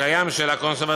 הקיים של הקונסרבטוריונים,